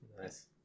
Nice